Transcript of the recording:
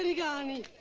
and gianni,